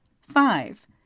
Five